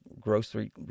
grocery